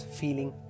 feeling